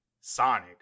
Sonic